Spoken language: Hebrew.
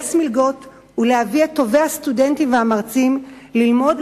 לגייס מלגות ולהביא את טובי הסטודנטים והמרצים ללמוד,